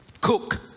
cook